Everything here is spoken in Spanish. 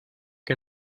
que